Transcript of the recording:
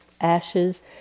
ashes